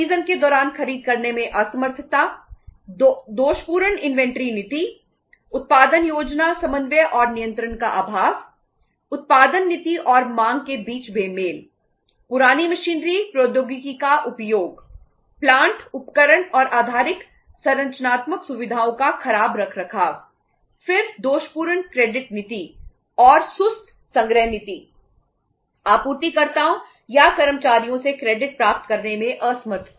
season प्राप्त करने में असमर्थता